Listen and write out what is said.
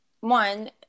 one